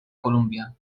columbia